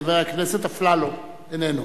חבר הכנסת אפללו, איננו.